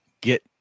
get